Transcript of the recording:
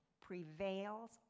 prevails